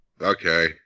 Okay